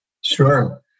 Sure